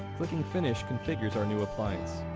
clicking finish configures our new appliance